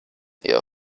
air